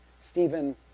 Stephen